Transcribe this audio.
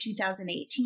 2018